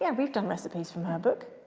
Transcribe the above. and we've done recipes from her book.